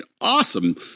awesome